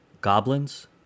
goblins